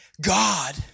God